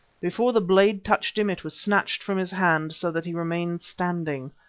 before the blade touched him it was snatched from his hand, so that he remained standing,